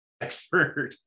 expert